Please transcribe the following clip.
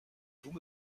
vous